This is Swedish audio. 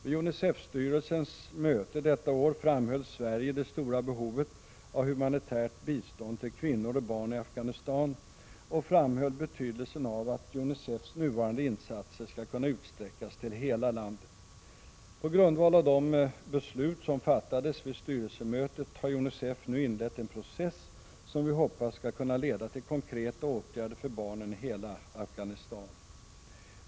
Vid UNICEF-styrelsens möte detta år framhöll Sverige det stora behovet av humanitärt bistånd till kvinnor och barn i Afghanistan och framhöll betydelsen av att UNICEF:s nuvarande insatser skall kunna utsträckas till hela landet. På grundval av de beslut som fattades vid styrelsemötet har UNICEF nu inlett en process som vi hoppas skall kunna leda till konkreta åtgärder för barnen i Afghanistan.